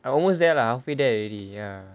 I almost there lah I feel that already ya